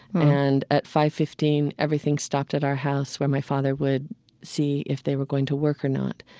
and at five fifteen everything stopped at our house where my father would see if they were going to work or not.